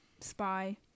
spy